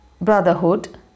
brotherhood